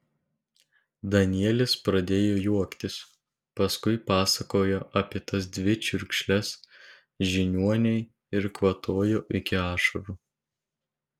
danielis pradėjo juoktis paskui pasakojo apie tas dvi čiurkšles žiniuonei ir kvatojo iki ašarų